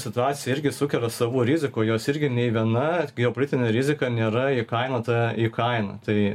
situacija irgi sukelia savų rizikų jos irgi nei viena geopolitinė rizika nėra įkainota į kainą tai